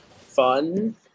fun